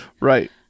Right